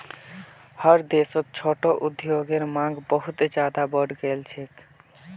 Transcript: हर देशत छोटो उद्योगेर मांग बहुत ज्यादा बढ़ गेल छेक